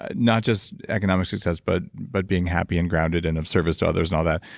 ah not just economic success, but but being happy, and grounded and of service to others and all that,